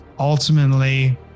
Ultimately